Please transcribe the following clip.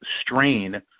strain